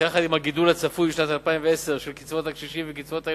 יחד עם הגידול הצפוי בשנת 2010 של קצבאות הקשישים וקצבאות הילדים,